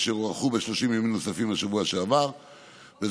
אשר הוארכו ב-30 ימים נוספים בשבוע שעבר במטרה